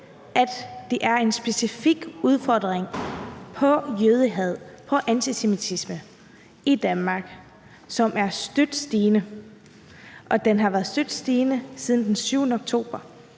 at der er en specifik udfordring i forhold til jødehad og antisemitisme i Danmark, og at det er støt stigende og har været støt stigende siden den 7. oktober.